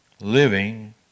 living